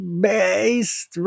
based